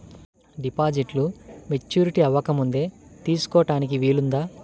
డిపాజిట్ను మెచ్యూరిటీ అవ్వకముందే తీసుకోటానికి వీలుందా?